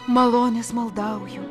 malonės maldauju